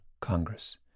Congress